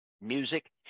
music